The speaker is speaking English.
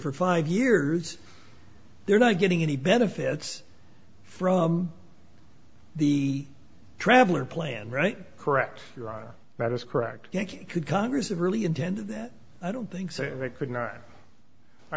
for five years they're not getting any benefits from the traveler plan right correct that is correct could congress really intended that i don't think it could not i